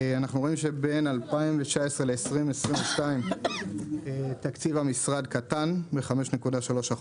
אנחנו רואים שבין 2019-2022 תקציב המשרד קטן ב-5.3%.